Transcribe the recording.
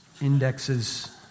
indexes